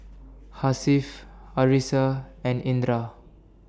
Hasif Arissa and Indra